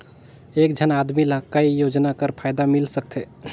एक झन आदमी ला काय योजना कर फायदा मिल सकथे?